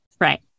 Right